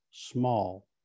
Small